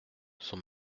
son